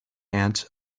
aunt